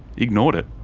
ignored it.